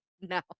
No